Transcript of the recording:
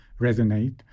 resonate